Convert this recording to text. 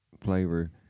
flavor